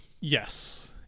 Yes